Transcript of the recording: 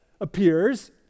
appears